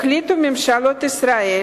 החליטו ממשלות ישראל